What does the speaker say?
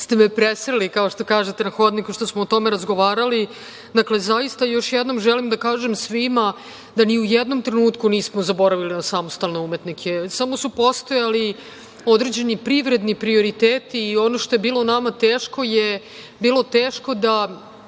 ste me presreli, kao što kažete, na hodniku, što smo o tome razgovarali. Dakle, zaista još jednom želim da kažem svima da ni u jednom trenutku nismo zaboravili na samostalne umetnike, samo su postojali određeni privredni prioriteti i ono što je bilo nama teško je, bilo teško da